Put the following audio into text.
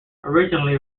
originally